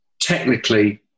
technically